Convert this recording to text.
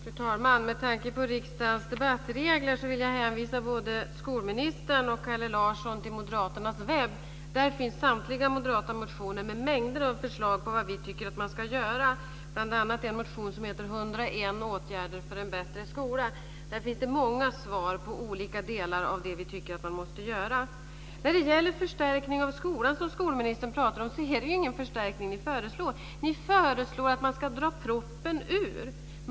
Fru talman! Med tanke på riksdagens debattregler vill jag hänvisa både skolministern och Kalle Larsson till Moderaternas webbsida. Där finns samtliga moderata motioner med mängder av förslag på vad vi tycker att man ska göra. Det finns bl.a. en motion som heter 101 åtgärder för en bättre skola. Där finns det många svar när det gäller olika delar av det som vi tycker att man måste göra. Skolministern pratar om en förstärkning av skolan. Det är ju ingen förstärkning ni föreslår. Ni föreslår att man ska dra ur proppen.